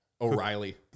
O'Reilly